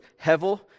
hevel